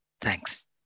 Thanks